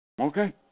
Okay